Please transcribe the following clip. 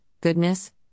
goodness